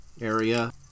area